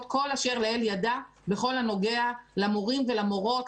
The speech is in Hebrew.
כל אשר לאל ידה בכל הנוגע למורים ולמורות,